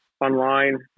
online